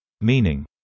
meaning